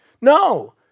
No